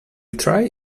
try